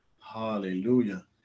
Hallelujah